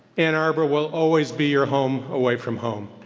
ann arbor will always be your home away from home,